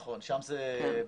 נכון, שם זה בעיקר.